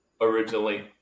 originally